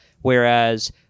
Whereas